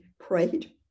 prayed